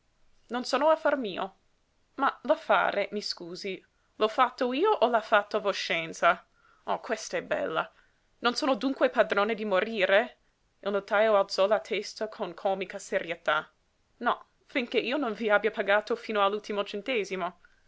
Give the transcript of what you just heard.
non sono affar mio ma l'affare mi scusi l'ho fatto io o l'ha fatto voscenza oh quest'è bella non sono dunque padrone di morire il notajo alzò la testa con comica serietà no finché io non vi abbia pagato fino all'ultimo centesimo